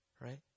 right